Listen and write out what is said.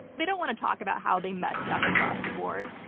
they don't want to talk about how they messed up across the board.